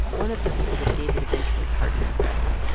one of the people that david eventually partnered with